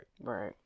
Right